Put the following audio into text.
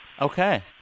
Okay